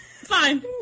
Fine